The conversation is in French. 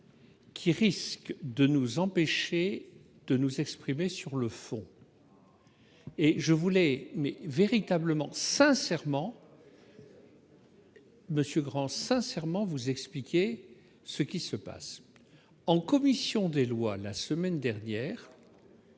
Qui risque de nous empêcher de nous exprimer sur le fond et je voulais mais véritablement sincèrement. Monsieur Grand sincèrement vous expliquer ce qui se passe en commission des lois, la semaine dernière,